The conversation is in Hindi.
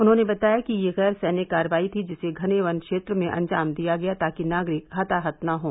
उन्होंने बताया कि यह गैर सैन्य कार्रवाई थी जिसे घने वन क्षेत्र में अंजाम दिया गया ताकि नागरिक हताहत न हों